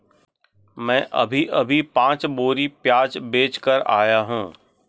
मैं अभी अभी पांच बोरी प्याज बेच कर आया हूं